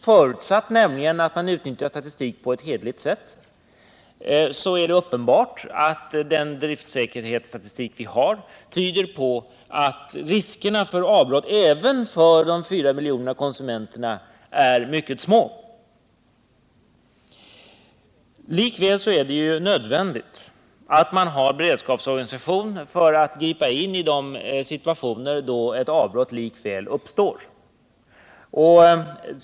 Förutsatt att man utnyttjar statistik på ett hederligt sätt är det uppenbart att den driftsäkerhetsstatistik vi har tyder på att riskerna för avbrott även för de 4 miljonerna konsumenter är mycket små. Likväl är det nödvändigt att man har en beredskapsorganisation för att gripa 117 in då ett avbrott trots allt uppstår.